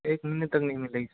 एक महीने तक नहीं मिलेगी